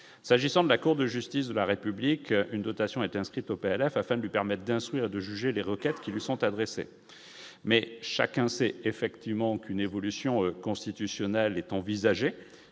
s'agissant de la Cour de justice de la République une dotation est inscrite au PLF afin de lui permettre d'instruire et de juger les requêtes qui lui sont adressées, mais chacun sait effectivement qu'une évolution constitutionnelle est envisagée,